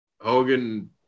Hogan